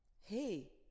Hey